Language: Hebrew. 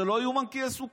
זה לא יאומן כי יסופר.